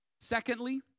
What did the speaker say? Secondly